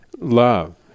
love